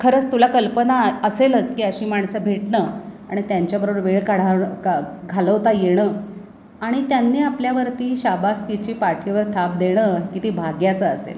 खरंच तुला कल्पना असेलच की अशी माणसं भेटणं आणि त्यांच्याबरोबर वेळ काढावं का घालवता येणं आणि त्यांनी आपल्यावरती शाबासकीची पाठीवर थाप देणं किती भाग्याचं असेल